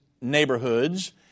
neighborhoods